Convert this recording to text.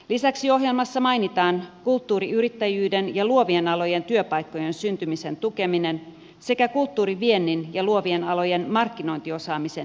lisäksi ohjelmassa mainitaan kulttuuriyrittäjyyden ja luovien alojen työpaikkojen syntymisen tukeminen sekä kulttuuriviennin ja luovien alojen markkinointiosaamisen edistäminen